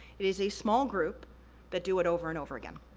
it is a small group that do it over and over again.